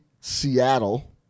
Seattle